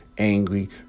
Angry